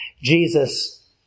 Jesus